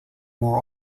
more